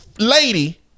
Lady